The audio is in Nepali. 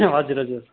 हजुर हजुर